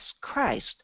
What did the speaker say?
Christ